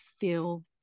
feel